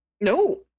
No